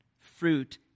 Fruit